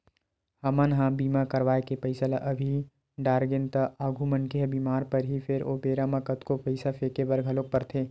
हमन ह बीमा करवाय के पईसा ल अभी डरागेन त आगु मनखे ह बीमार परही फेर ओ बेरा म कतको पईसा फेके बर घलोक परथे